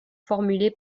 formulées